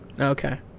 okay